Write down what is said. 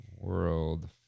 World